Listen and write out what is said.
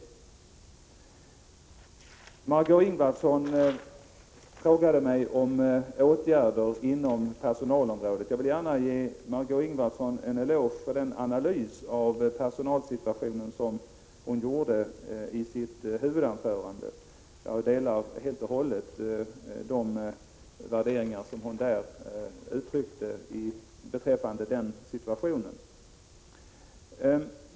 Jag vill gärna ge Margö Ingvardsson en eloge för den analys av personalsituationen som hon gjorde i sitt huvudanförande. Jag delar helt och hållet de värderingar som hon där gav uttryck för beträffande situationen.